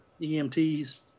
EMTs